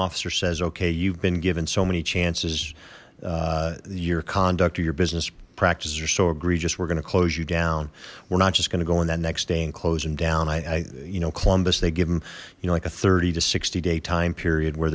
officer says okay you've been given so many chances your conduct or your business practices are so egregious we're going to close you down we're not just going to go in that next day and close them down i you know columbus they give them you know like a thirty to sixty day time period where